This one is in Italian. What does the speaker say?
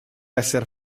esser